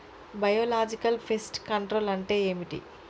Biological pest control అంటే ఏమిటి?